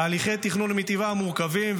תהליכי תכנון הם מטבעם מורכבים,